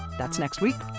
that's next week,